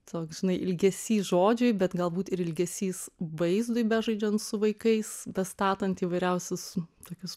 toks žinai ilgesys žodžiui bet galbūt ir ilgesys vaizdui bežaidžiant su vaikais bestatant įvairiausius tokius